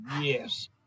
Yes